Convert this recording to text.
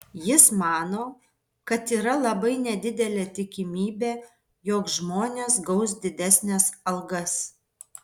jis mano kad yra labai nedidelė tikimybė jog žmonės gaus didesnes algas